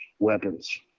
weapons